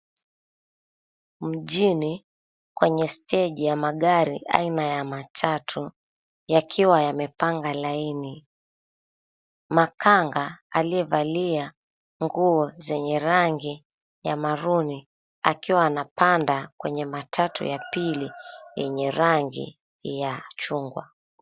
Mjini kwenye staji ya magari aina ya matatu yakiwa yamepanga laini makanaga aliyevalia nguo zenye rangi ya maruni akiwa anapanada kwenye matatu ya pili yenye rangi ya machungwa.